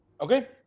okay